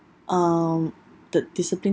um the discipline